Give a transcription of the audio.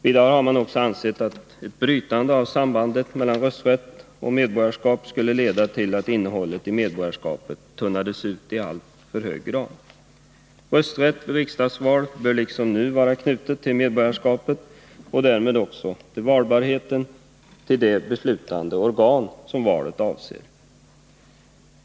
Vidare har man ansett att ett brytande av sambandet mellan rösträtt och medborgarskap skulle leda till att innehållet i medborgarskapet tunnades ut i alltför hög grad. Rösträtt vid riksdagsval bör liksom nu vara knuten till medborgarskapet och därmed också valbarhet till det beslutande organ som valet avser.